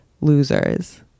losers